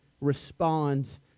responds